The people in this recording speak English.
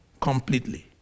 completely